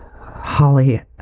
Holly